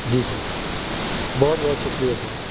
ਜੀ ਸਰ ਬਹੁਤ ਬਹੁਤ ਸ਼ੁਕਰੀਆ ਸਰ